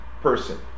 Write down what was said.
person